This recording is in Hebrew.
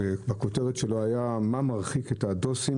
הכותרת שלו הייתה: מה מרחיק את הדוסים?